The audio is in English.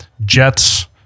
jets